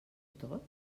tot